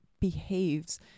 behaves